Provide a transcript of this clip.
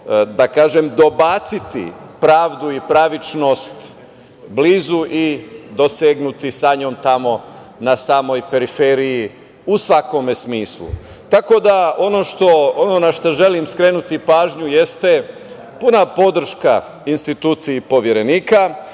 tako kažem, dobaciti pravdu i pravičnost blizu i dosegnuti sa njom tamo na samoj periferiji, u svakom smislu. Ono na šta želim skrenuti pažnju jeste puna podrška instituciji Poverenika,